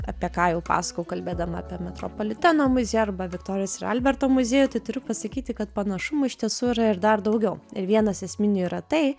apie ką jau pasakojau kalbėdama apie metropoliteno muziejų arba viktorijos ir alberto muziejų tai turiu pasakyti kad panašumų iš tiesų yra ir dar daugiau ir vienas esminių yra tai